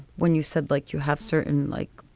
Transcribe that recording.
when you said, like, you have certain like,